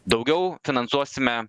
daugiau finansuosime